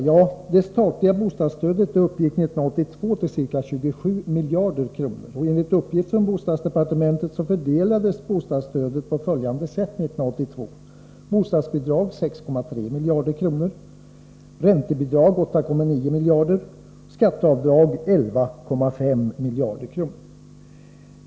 Ja, det statliga bostadsstödet uppgick år 1982 till ca 27 miljarder och enligt uppgift från bostadsdepartementet fördelades det stödet på följande sätt: Bostadsbidraget utgjorde 6,3 miljarder, räntebidragen 8,9 miljarder och skatteavdragen 11,5 miljarder.